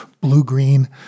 blue-green